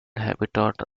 habitat